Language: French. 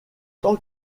tant